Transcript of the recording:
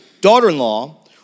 daughter-in-law